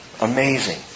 Amazing